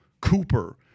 Cooper